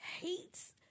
hates